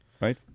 right